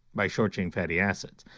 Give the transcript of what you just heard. by short chain fatty acids.